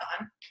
on